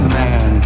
man